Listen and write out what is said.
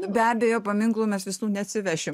be abejo paminklų mes visų neatsivešim